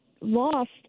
lost